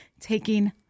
taking